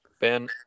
Ben